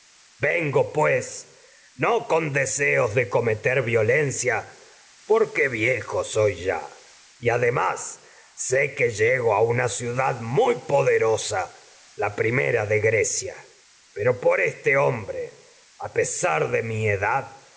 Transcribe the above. vengo pues no con violencia porque viejo soy ya y una por deseos cometer además sé que llego a ciudad muy poderosa la primera de este grecia ha pero hombre a pesar de mi edad